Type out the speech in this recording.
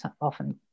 often